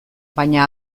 baina